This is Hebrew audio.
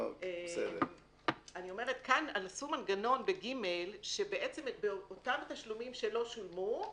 בסעיף קטן (ג) עשו מנגנון שבעצם באותם תשלומים שלא שולמו,